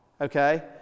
okay